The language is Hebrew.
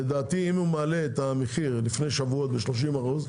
אם הוא מעלה את המחיר לפני שבועות ב-305,